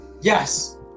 Yes